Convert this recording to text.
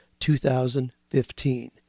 2015